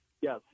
Yes